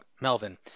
Melvin